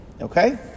Okay